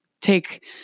take